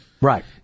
Right